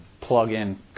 plug-in